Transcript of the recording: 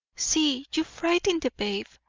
see! you frighten the babe.